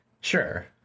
Sure